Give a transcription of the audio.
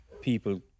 people